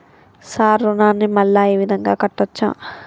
Sir రుణాన్ని మళ్ళా ఈ విధంగా కట్టచ్చా?